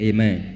Amen